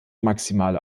maximale